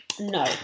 no